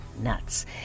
nuts